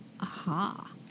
Aha